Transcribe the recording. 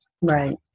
Right